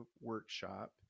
workshop